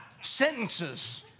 sentences